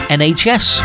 nhs